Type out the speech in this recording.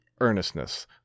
earnestness